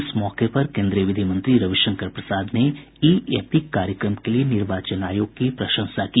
इस मौके पर केन्द्रीय विधि मंत्री रविशंकर प्रसाद ने ई एपिक कार्यक्रम के लिए निर्वाचन आयोग की प्रशंसा की